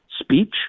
speech